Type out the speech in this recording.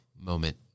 moment